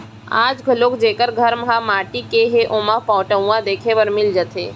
आज घलौ जेकर घर ह माटी के हे ओमा पटउहां देखे बर मिल जाथे